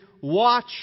watch